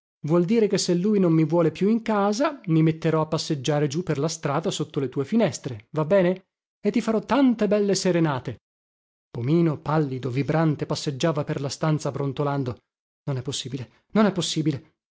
vuol dire che se lui non mi vuole più in casa mi metterò a passeggiare giù per la strada sotto le tue finestre va bene e ti farò tante belle serenate pomino pallido vibrante passeggiava per la stanza brontolando non è possibile non è possibile